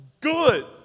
Good